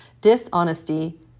Dishonesty